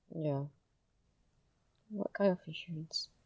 ya what kind of insurance